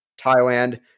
Thailand